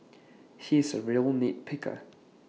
he is A real nit picker